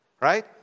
right